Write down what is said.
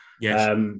Yes